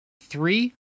three